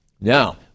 Now